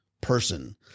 person